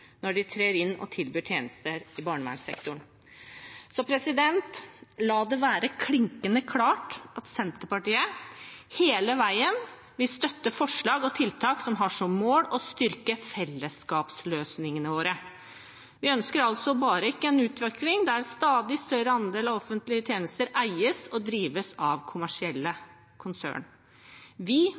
når de trer inn og tilbyr tjenester i barnevernssektoren. La det være klinkende klart: Senterpartiet vil hele veien støtte forslag og tiltak som har som mål å styrke fellesskapsløsningene våre. Vi ønsker ikke en utvikling der en stadig større andel av offentlige tjenester eies og drives av kommersielle konsern. Vi